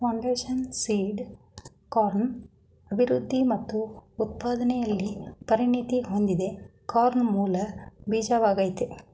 foundation seed corn ಅಭಿವೃದ್ಧಿ ಮತ್ತು ಉತ್ಪಾದನೆಲಿ ಪರಿಣತಿ ಹೊಂದಿದೆ ಕಾರ್ನ್ ಮೂಲ ಬೀಜವಾಗಯ್ತೆ